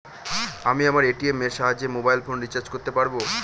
আমি আমার এ.টি.এম এর সাহায্যে মোবাইল ফোন রিচার্জ করতে পারব?